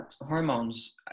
hormones